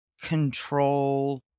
control